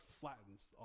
flattens